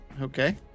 Okay